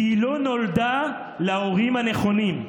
כי היא לא נולדה להורים הנכונים.